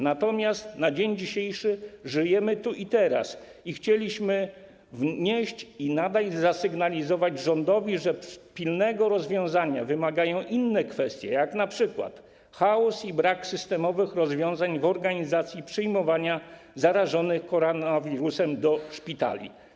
Natomiast na dzień dzisiejszy żyjemy tu i teraz i chcieliśmy wnieść i nadal zasygnalizować rządowi, że pilnego rozwiązania wymagają inne kwestie, jak np. chaos i brak systemowych rozwiązań w organizacji przyjmowania zarażonych koronawirusem do szpitali.